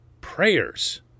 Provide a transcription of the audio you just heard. prayers